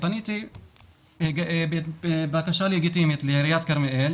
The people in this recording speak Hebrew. פניתי בבקשה לגיטימית לעיריית כרמיאל